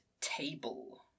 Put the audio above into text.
table